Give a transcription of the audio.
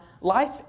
Life